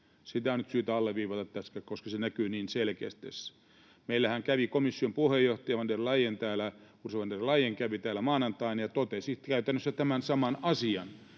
Sitä on nyt syytä alleviivata tässä, koska se näkyy niin selkeästi tässä. Meillähän kävi komission puheenjohtaja Ursula von der Leyen täällä maanantaina, ja hän totesi käytännössä tämän saman asian